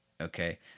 Okay